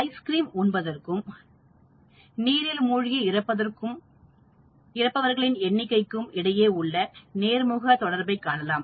ice cream உண்பதற்கும் நீரில் மூழ்கி இறப்பதற்கும் இறப்பவர்களின் எண்ணிக்கை இதையே உள்ள நேர்முக தொடர்பை காணலாம்